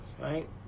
right